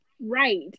Right